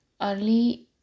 early